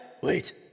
Wait